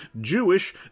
Jewish